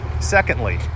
Secondly